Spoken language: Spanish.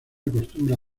acostumbra